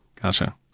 Gotcha